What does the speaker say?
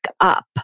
up